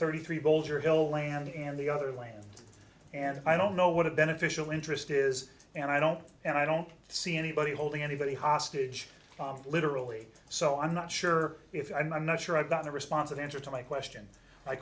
thirty three boulder hill land and the other land and i don't know what a beneficial interest is and i don't and i don't see anybody holding anybody hostage literally so i'm not sure if i'm i'm not sure i got a response of answer to my question